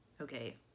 okay